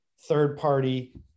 third-party